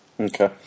Okay